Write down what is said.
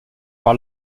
vers